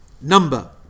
number